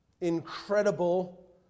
incredible